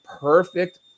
perfect